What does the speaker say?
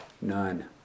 None